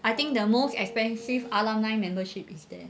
I think the most expensive alumni membership is there